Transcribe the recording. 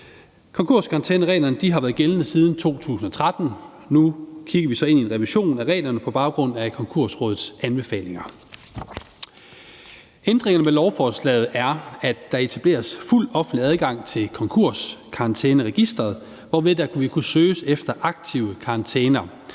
Konkurskarantænereglerne har været gældende siden 2013. Nu kigger vi så ind i en revision af reglerne på baggrund af Konkursrådets anbefalinger. Ændringerne ved lovforslaget er, at der etableres fuld offentlig adgang til konkurskarantæneregisteret, hvorved der vil kunne søges efter aktive karantæner.